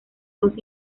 dos